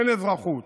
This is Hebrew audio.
אין אזרחות.